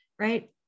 right